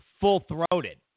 full-throated